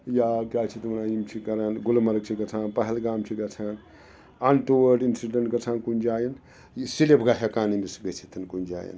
یا کیاہ چھِ اَتھ وَنان یِم چھِ کَران گُلمرگ چھِ گَژھان پہلگام چھِ گَژھان اَن ٹُوٲڈ اِنسِڈنٛٹ گژھان کُنہِ جایَن یہِ سِلِپ گا ہیٚکان أمِس گٔژھِتھ کُنہِ جایَن